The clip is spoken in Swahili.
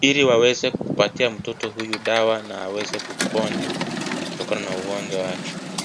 ili waweze kupatia mtoto huyu dawa na aweze kuponya, kutokana na ugonjwa wake.